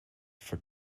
for